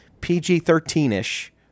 PG-13-ish